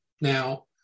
now